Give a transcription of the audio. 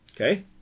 Okay